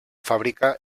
fàbrica